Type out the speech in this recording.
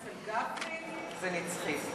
אצל גפני זה נצחי.